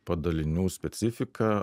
padalinių specifiką